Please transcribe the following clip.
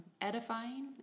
edifying